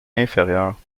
inférieur